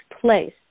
place